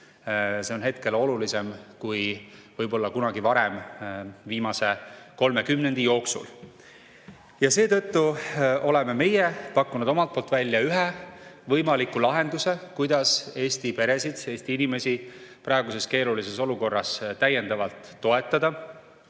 See on hetkel olulisem kui kunagi varem viimase kolme kümnendi jooksul. Seetõttu oleme meie pakkunud välja ühe võimaliku lahenduse, kuidas Eesti peresid, Eesti inimesi praeguses keerulises olukorras täiendavalt toetada,